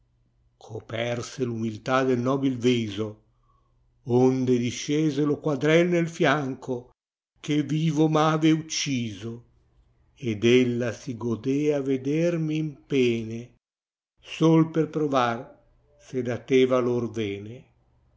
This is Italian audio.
coperse l'umiltà del nobil viso onde discese lo quadrel nel fianco che vivo m'ave ucciso ed ella si gode vedermi in pene sol per provar se da te valor vesew